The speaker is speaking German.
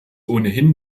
ohnehin